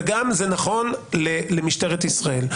וזה נכון גם למשטרת ישראל.